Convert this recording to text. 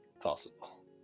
possible